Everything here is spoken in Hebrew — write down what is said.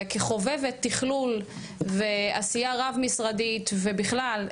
וכחובבת תכלול ועשייה רב משרדית ובכלל,